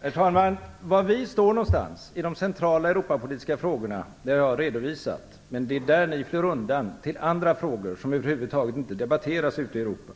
Herr talman! Var vi står i de centrala Europapolitiska frågorna har jag redovisat, men det är där ni flyr undan till andra frågor, som över huvud taget inte debatteras ute i Europa.